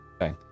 Okay